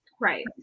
right